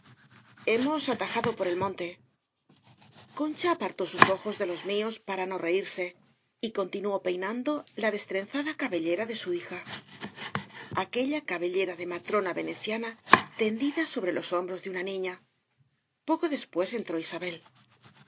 hemos atajado por el monte concha apartó sus ojos de los míos para no reirse y continuó peinando la destrenza da cabellera de su hija aquella cabellera de matrona veneciana tendida sobre los hombros de una niña poco después entró isabel